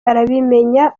arabimenya